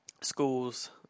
schools